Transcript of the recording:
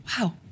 Wow